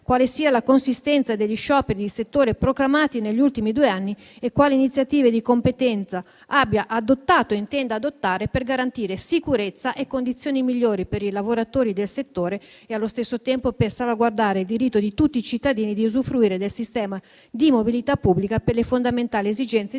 quale sia la consistenza degli scioperi di settore proclamati negli ultimi due anni e quali iniziative di competenza il Ministro in indirizzo abbia adottato o intenda adottare per garantire sicurezza e condizioni migliori per i lavoratori del settore e, allo stesso tempo, per salvaguardare il diritto di tutti i cittadini di usufruire del sistema di mobilità pubblica per le fondamentali esigenze di